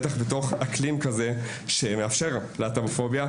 בטח בתוך אקלים כזה, שמאפשר להט"בופוביה.